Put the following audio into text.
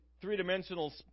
three-dimensional